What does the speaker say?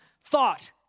thought